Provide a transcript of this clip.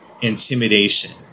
intimidation